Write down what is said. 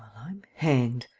i'm hanged!